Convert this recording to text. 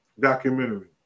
documentary